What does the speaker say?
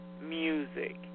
music